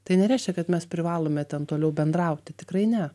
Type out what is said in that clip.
tai nereiškia kad mes privalome ten toliau bendrauti tikrai ne